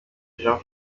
jean